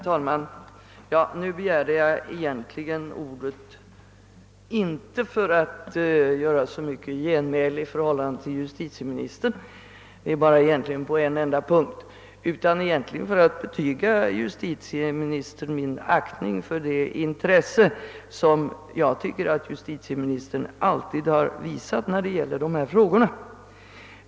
Herr talman! Jag begärde egentligen ordet inte för att ge ett genmäle till justitieministern — det är bara på en punkt som jag vill göra ett påpekande med anledning av hans inlägg — utan för att betyga justitieministern min aktning för det intresse som han alltid har visat när det gäller dessa frågor.